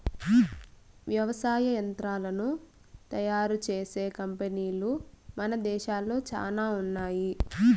వ్యవసాయ యంత్రాలను తయారు చేసే కంపెనీలు మన దేశంలో చానా ఉన్నాయి